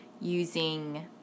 using